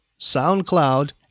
SoundCloud